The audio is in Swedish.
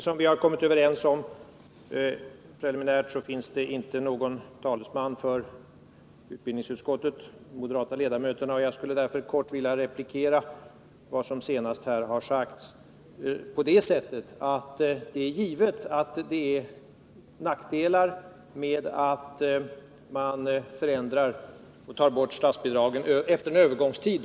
Fru talman! I den talarordning som vi preliminärt kommit överens om finns det ingen talesman för utbildningsutskottets moderata ledamöter, och jag skulle därför kort vilja replikera vad som senast här har sagts genom att framhålla, att det är givet att det innebär nackdelar att man förändrar och tar bort statsbidragen — dock efter en övergångstid.